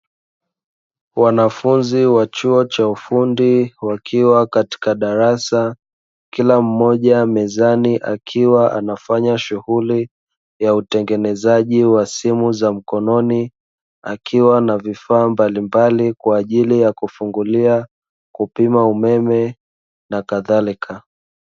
Wanafunzi wa chuo cha ufundi wakiwa katika darasa, kila mmoja mezani akiwa anafanya shughuli ya utengenezaji wa simu za mkononi; akiwa na vifaa mbalimbali kwa ajili ya kufungulia, kupima umeme, na kadhalika.